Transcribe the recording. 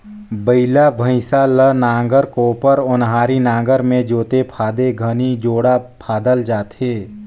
बइला भइसा ल नांगर, कोपर, ओन्हारी नागर मे जोते फादे घनी जोड़ा फादल जाथे